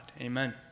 Amen